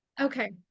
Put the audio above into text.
Okay